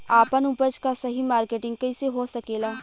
आपन उपज क सही मार्केटिंग कइसे हो सकेला?